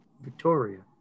Victoria